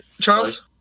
Charles